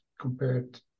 compared